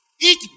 Eat